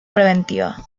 preventiva